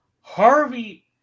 Harvey